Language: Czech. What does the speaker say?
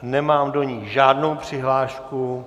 Nemám do ní žádnou přihlášku.